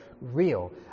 real